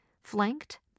Flanked